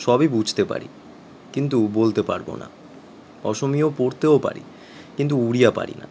সবই বুঝতে পারি কিন্তু বলতে পারবো না অসমিয়া পড়তেও পারি কিন্তু উড়িয়া পারি না